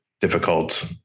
difficult